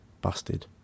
Busted